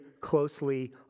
closely